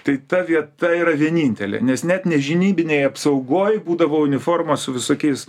tai ta vieta yra vienintelė nes net nežinybinėj apsaugoj būdavo uniformos su visokiais